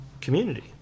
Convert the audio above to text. community